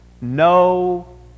No